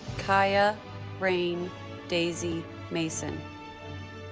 kaya rayne daisy mason